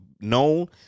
known